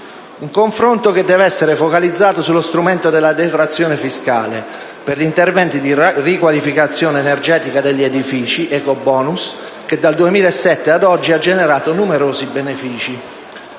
confronto deve essere focalizzato sullo strumento della detrazione fiscale per interventi di riqualificazione energetica degli edifici - ecobonus - che dal 2007 ad oggi ha generato numerosi benefici.